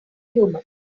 human